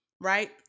right